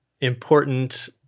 important